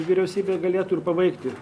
vyriausybė galėtų ir pabaigti